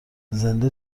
زنده